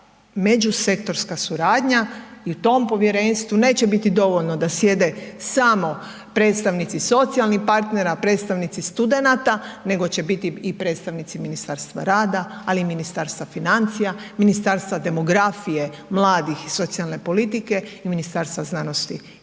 međusektorska suradnja i tom povjerenstvu neće biti dovoljno da sjede samo predstavnici socijalnih partnera, predstavnici studenata, nego će biti i predstavnici Ministarstva rada ali i Ministarstva financija, Ministarstva demografije, mladih i socijalne i politike i Ministarstva znanosti i visokog